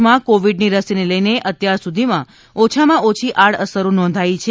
દેશમાં કોવિડની રસીને લઈને અત્યાર સુધીમાં ઓછામાં ઓછી આડઅસરો નોંધાઈ છે